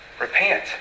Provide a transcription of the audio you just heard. Repent